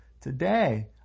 today